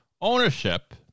ownership